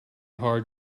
hard